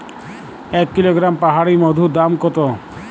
এক কিলোগ্রাম পাহাড়ী মধুর দাম কত?